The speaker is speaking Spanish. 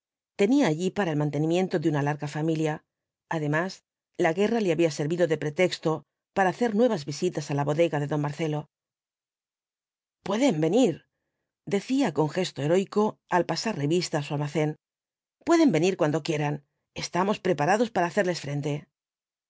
tenía allí para el mantenimiento de una larga familia además la guerra le había servido de pretexto para hacer nuevas visitas á la bodega de don marcelo pueden venir decía con gesto heroico al pasar revista á su almacén pueden venir cuando quieran estamos preparados para hacerles frente